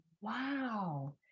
Wow